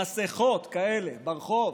מסכות כאלה ברחוב,